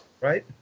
right